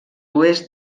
oest